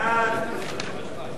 נתקבל.